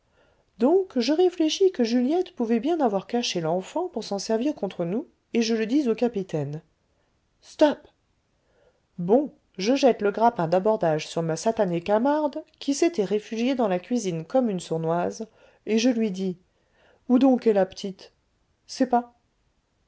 donc je réfléchis que juliette pouvait bien avoir caché l'enfant pour s'en servir contre nous et je le dis au capitaine stop bon je jette le grappin d'abordage sur ma satanée camarde qui s'était réfugiée dans la cuisine comme une sournoise et je lui dis où donc est la petite sais pas